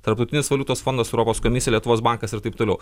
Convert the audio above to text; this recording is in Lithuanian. tarptautinis valiutos fondas europos komisija lietuvos bankas ir taip toliau